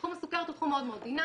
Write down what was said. תחום הסכרת הוא תחום מאוד מאוד דינמי,